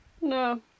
No